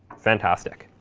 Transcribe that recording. fantastic.